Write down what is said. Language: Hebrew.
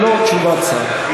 ללא תשובת שר.